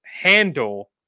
handle